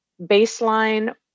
baseline